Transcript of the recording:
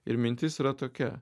ir mintis yra tokia